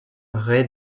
ray